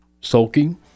sulking